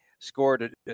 scored